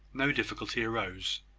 no difficulty arose.